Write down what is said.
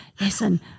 Listen